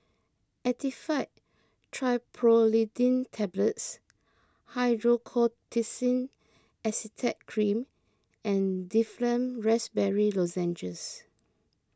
Actifed Triprolidine Tablets Hydrocortisone Acetate Cream and Difflam Raspberry Lozenges